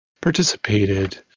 participated